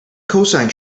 cosine